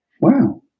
Wow